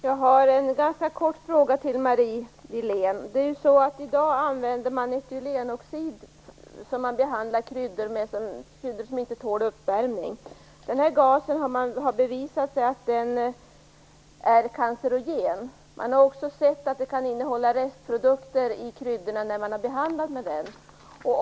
Fru talman! Jag har en ganska kort fråga till Marie Wilén. I dag använder man etylenoxid vid behandling av kryddor som inte tål uppvärmning. Det har bevisats att denna gas är cancerogen. Man har också sett att det kan finnas restprodukter i kryddorna när de har behandlats med gasen.